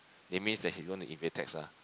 it means that he going to evade tax lah